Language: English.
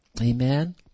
Amen